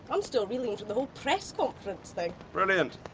i'm still reeling from the whole press conference thing. brilliant.